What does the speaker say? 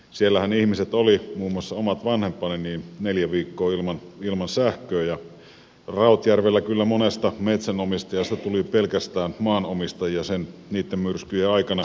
siellähän ihmiset olivat muun muassa omat vanhempani neljä viikkoa ilman sähköä ja rautjärvellä kyllä monesta metsänomistajasta tuli pelkästään maanomistajia niitten myrskyjen aikana